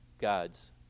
God's